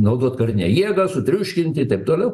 naudot karinę jėgą sutriuškinti taip toliau